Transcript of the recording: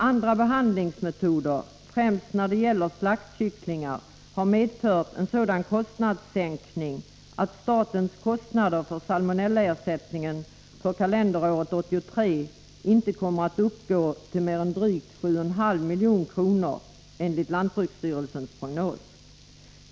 Andra behandlingsmetoder, främst när det gäller slaktkycklingar, har medfört en sådan kostnadssänkning att statens kostnader för salmonellaersättningen för kalenderåret 1983 inte kommer att uppgå till mer än drygt 7,5 milj.kr. — enligt lantbruksstyrelsens prognos.